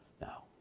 Now